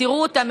תראו אותם,